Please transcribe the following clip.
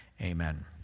amen